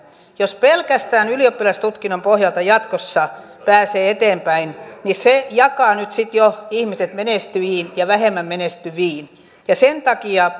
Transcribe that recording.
jos pelkästään ylioppilastutkinnon pohjalta jatkossa pääsee eteenpäin niin se jakaa nyt sitten jo ihmiset menestyviin ja vähemmän menestyviin sen takia